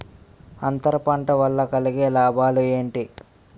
అంతర పంట వల్ల కలిగే లాభాలు ఏంటి